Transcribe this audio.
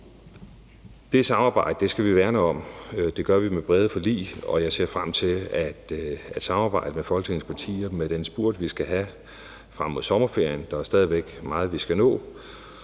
Det samarbejde skal vi værne om. Det gør vi med brede forlig, og jeg ser frem til at samarbejde med Folketingets partier i den spurt, vi skal have frem mod sommerferien. Der er stadig væk meget, vi skal nå,